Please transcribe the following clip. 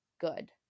good